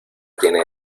tiene